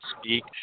speak